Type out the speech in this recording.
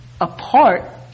apart